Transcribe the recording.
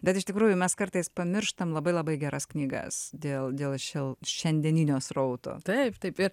bet iš tikrųjų mes kartais pamirštam labai labai geras knygas dėl šio šiandieninio srauto taip taip